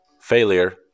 failure